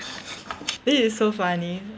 this is so funny